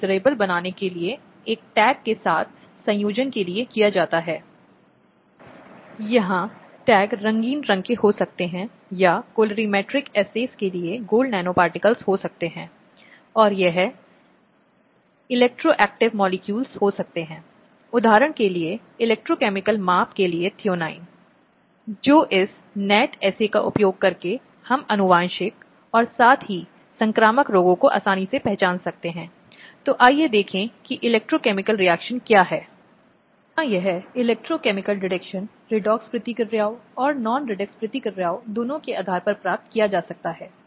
दहेज प्रथा को देखते हुए जहाँ युवा महिलाओं को जलाया जाता है या उस तरीके से हत्या कर दी जाती है जो परिवार के लिए उस विवाहित महिला से छुटकारा पाने का मार्ग प्रशस्त करता है और शायद फिर से उस व्यक्ति की एक और शादी कर दी जाये जिससे अधिक दहेज प्राप्त किया जा सकता है